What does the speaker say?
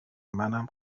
منم